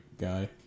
guy